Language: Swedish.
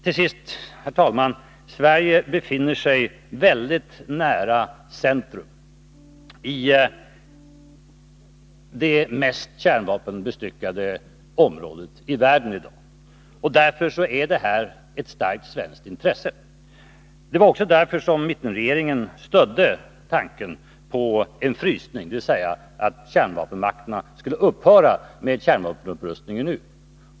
Till sist, herr talman: Sverige befinner sig mycket nära centrum i det mest kärnvapenbestyckade området i världen i dag. Därför finns det ett starkt svenskt intresse, och det var också därför som mittenregeringen stödde tanken på en frysning, dvs. att kärnvapenmakterna skulle upphöra med kärnvapenupprustningen nu.